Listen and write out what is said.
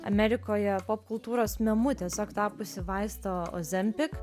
amerikoje popkultūros memu tiesiog tapusį vaistą ozempik